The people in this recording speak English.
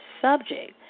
subject